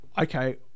okay